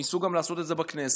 וניסו גם לעשות את זה בכנסת,